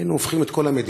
היינו הופכים את כל המדינה,